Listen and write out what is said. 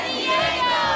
Diego